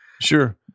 Sure